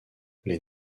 les